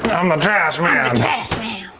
i'm the trash man.